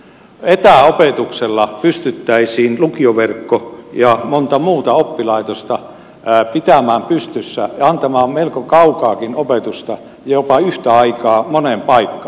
etäopetuksella pystyttäisiin lukioverkko ja monta muuta oppilaitosta pitämään pystyssä ja antamaan melko kaukaakin opetusta jopa yhtä aikaa moneen paikkaan